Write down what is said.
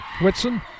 Whitson